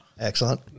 Excellent